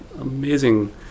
amazing